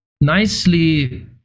nicely